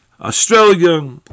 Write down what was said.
Australia